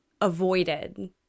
avoided